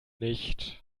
nicht